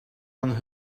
and